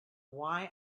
why